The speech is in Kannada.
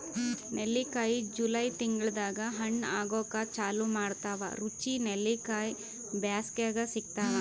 ನೆಲ್ಲಿಕಾಯಿ ಜೂನ್ ಜೂಲೈ ತಿಂಗಳ್ದಾಗ್ ಹಣ್ಣ್ ಆಗೂಕ್ ಚಾಲು ಮಾಡ್ತಾವ್ ರುಚಿ ನೆಲ್ಲಿಕಾಯಿ ಬ್ಯಾಸ್ಗ್ಯಾಗ್ ಸಿಗ್ತಾವ್